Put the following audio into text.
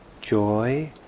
joy